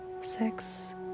sex